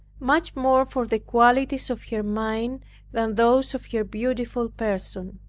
much more for the qualities of her mind than those of her beautiful person.